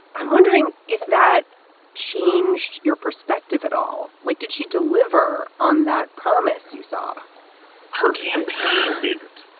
i'm wondering if that changed your perspective at all. like did she deliver on that promise. you saw her campaign didn't.